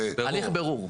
הליך בירור.